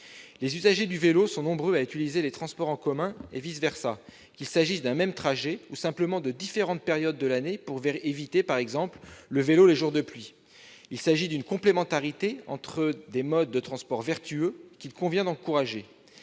Les usagers du vélo sont nombreux à utiliser les transports en commun, et vice-versa, qu'il s'agisse d'un même trajet ou simplement de différentes périodes de l'année, pour éviter, par exemple, le vélo les jours de pluie. Il convient d'encourager cette complémentarité entre des modes de transport vertueux. Par ailleurs,